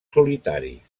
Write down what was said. solitaris